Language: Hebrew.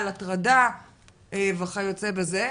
על הטרדה וכיוצא בזה.